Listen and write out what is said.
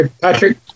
Patrick